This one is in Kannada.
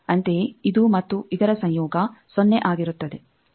ಅಂತೆಯೇ ಇದು ಮತ್ತು ಇದರ ಸಂಯೋಗ ಸೊನ್ನೆ ಆಗಿರುತ್ತದೆ